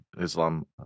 Islam